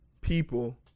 people